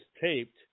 taped